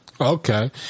Okay